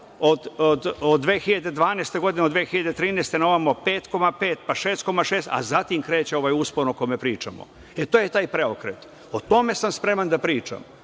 od 2013. godine pa na ovamo 5,5% pa 6,6%, a zatim kreće ovaj uspon o kome pričamo. E, to je taj preokret. O tome sam spreman da pričamo.